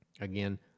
Again